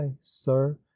sir